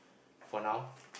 for now